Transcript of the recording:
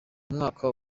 mwaka